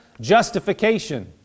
justification